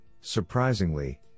surprisingly